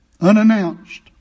Unannounced